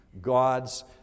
God's